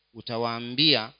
utawambia